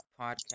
podcast